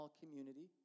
community